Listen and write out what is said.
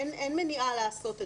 אין מניעה לעשות זאת.